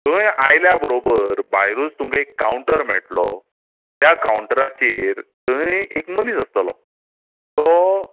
थंय आयल्या बरोबर भायरूच तुमका एक काउंटर मेळटलो त्या काउंटराचेर थंय एक मनीस आसतलो तो